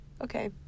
Okay